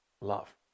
love